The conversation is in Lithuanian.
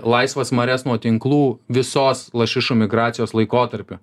laisvas marias nuo tinklų visos lašišų migracijos laikotarpiu